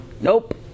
Nope